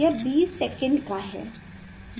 यह 20 सेकंड का है